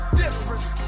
difference